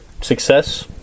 success